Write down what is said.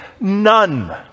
None